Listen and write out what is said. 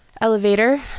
elevator